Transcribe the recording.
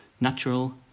natural